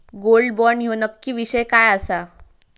Gold bond ह्यो नक्की विषय काय आसा?